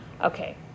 Okay